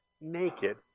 naked